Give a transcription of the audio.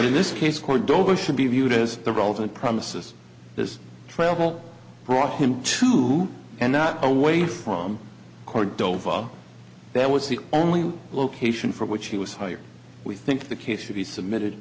in this case cordoba should be viewed as the relevant premises this travel brought him to and not away from cordova that was the only location for which he was hired we think the case should be submitted